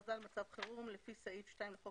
"הכרזה על מצב חירום לפי סעיף 2 לחוק